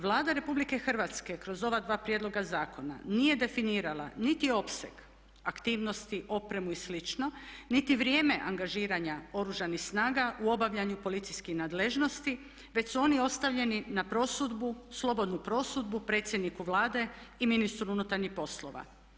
Vlada RH kroz ova dva prijedloga zakona nije definirala niti opseg aktivnosti, opremu i slično, niti vrijeme angažiranja Oružanih snaga u obavljanju policijskih nadležnosti već su oni ostavljeni na prosudbu, slobodnu prosudbu predsjedniku Vlade i ministru unutarnjih poslova.